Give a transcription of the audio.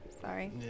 sorry